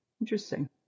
Interesting